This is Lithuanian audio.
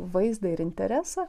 vaizdą ir interesą